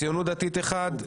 הציונות הדתית אחד,